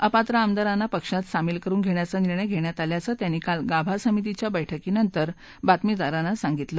अपात्र आमदारांना पक्षात सामील करुन घेण्याचा निर्णय घेण्यात आल्याचं त्यांनी काल गाभा समितीच्या बैठकीनंतर बातमीदारांना सांगितलं